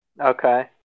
Okay